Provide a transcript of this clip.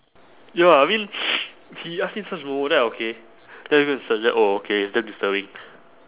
ya I mean he ask me search momo then I okay then I go and search oh okay it's damn disturbing